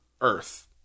Earth